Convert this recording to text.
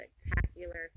spectacular